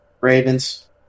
Ravens